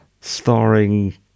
starring